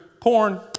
porn